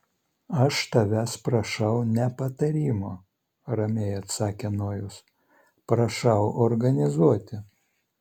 aš tavęs prašau ne patarimo ramiai atsakė nojus prašau organizuoti